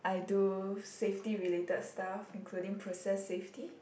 I do safety related stuff including process safety